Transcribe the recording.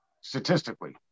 statistically